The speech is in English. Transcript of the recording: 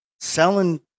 selling